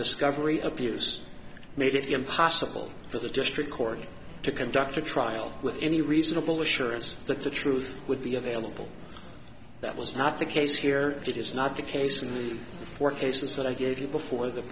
discovery abuse made it impossible for the district court to conduct a trial with any reasonable assurance that the truth would be available that was not the case here it is not the case in the fourth case is that i gave you before the